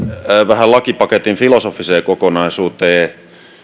tähän lakipaketin filosofiseen kokonaisuuteen